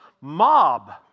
mob